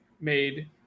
made